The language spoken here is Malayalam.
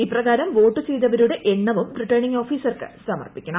ഇപ്രകാരം വോട്ട് ചെയ്തവരുടെ എണ്ണവും റിട്ടേണിംഗ് ഓഫീസർക്ക് സമർപ്പിക്കണം